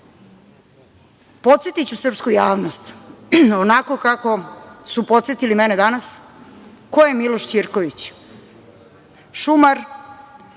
Podsetiću srpsku javnost, onako kako su podsetili mene danas, ko je Miloš Ćirković. Šumar